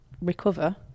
recover